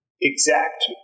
exact